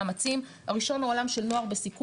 מאמצים: הראשון הוא העולם של נוער בסיכון.